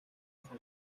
цаг